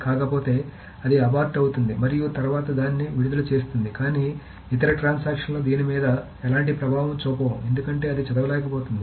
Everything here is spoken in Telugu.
కాకపోతే అది అబార్ట్ అవుతుంది మరియు తర్వాత దాన్ని విడుదల చేస్తుంది కానీ ఇతర ట్రాన్సాక్షన్ లు దీని మీద ఎలాంటి ప్రభావం చూపవు ఎందుకంటే అది చదవలేకపోతుంది